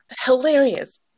Hilarious